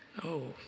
oh,